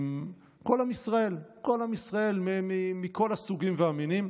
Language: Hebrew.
כל עם ישראל, כל עם ישראל מכל הסוגים והמינים.